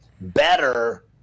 better